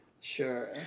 Sure